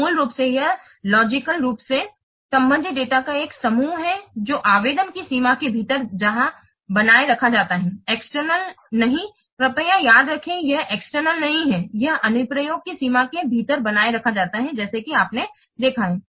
तो मूल रूप से यह तार्किक रूप से संबंधित डेटा का एक समूह है जो आवेदन की सीमा के भीतर जहां बनाए रखा जाता है एक्सटर्नल नहीं कृपया याद रखें कि यह एक्सटर्नल नहीं है यह अनुप्रयोग की सीमा के भीतर बनाए रखा जाता है जैसे कि आपने देखा है